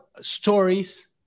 stories